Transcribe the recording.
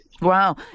Wow